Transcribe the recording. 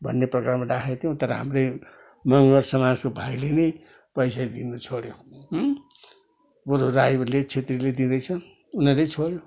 भन्ने प्रकारमा राखेका थियौँ तर हाम्रै मगर समाजको भाइले नै पैसा दिनुछोड्यो बरू राईहरूले क्षेत्रीले दिँदैछन् उनीहरूले छोड्यो